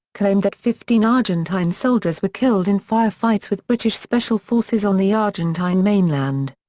claimed that fifteen argentine soldiers were killed in firefights with british special forces on the argentine mainland.